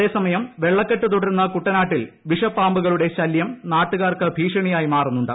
അത്സ്മയം വെള്ളക്കെട്ട് തുടരുന്ന കുട്ടനാട്ടി ൽ വിഷപ്പാമ്പുകളുടെ ശലൃം നാട്ടുകാർക്ക് ഭീഷണിയായി മാറുന്നുണ്ട്